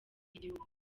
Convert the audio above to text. y’igihugu